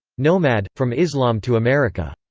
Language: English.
nomad from islam to america.